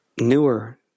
newer